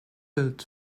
built